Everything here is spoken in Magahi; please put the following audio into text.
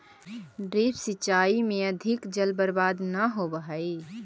ड्रिप सिंचाई में अधिक जल बर्बाद न होवऽ हइ